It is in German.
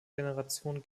generationen